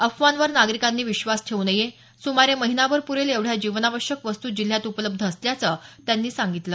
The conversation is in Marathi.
अफवांवर नागरिकांनी विश्वास ठेवू नये सुमारे महिनाभर पुरेल एवढ्या जीवनावश्यक वस्तू जिल्ह्यात उपलब्ध असल्याचं त्यांनी सांगितलं